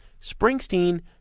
Springsteen